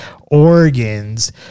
organs